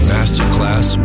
Masterclass